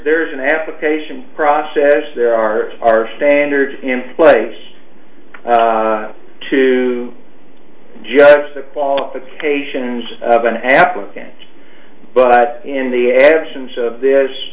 there's an application process there are our standards in place to judge the qualifications of an applicant but in the absence of th